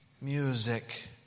Music